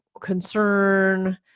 concern